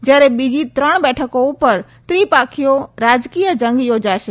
જ્યારે બીજી ત્રણ બેઠકો ઉપર ત્રિપાંખિયો રાજકીય જંગ યોજાશે